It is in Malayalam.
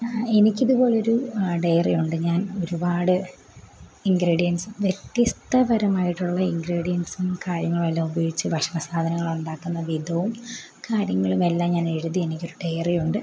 ആ എനിക്കിത് പോലെ ഒരു ഡയറി ഉണ്ട് ഞാൻ ഒരുപാട് ഇൻഗ്രിഡിയൻറ്സും വ്യത്യസ്തപരമായിട്ടുള്ള ഇൻഗ്രിഡിയൻറ്സും കാര്യങ്ങളും എല്ലാം ഉപയോഗിച്ച് ഭക്ഷണ സാധനങ്ങൾ ഉണ്ടാക്കുന്ന വിധവും കാര്യങ്ങളും എല്ലാം ഞാൻ എഴുതി എനിക്കൊരു ഡയറി ഉണ്ട്